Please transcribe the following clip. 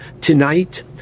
tonight